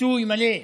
כיסוי מלא,